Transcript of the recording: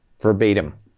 verbatim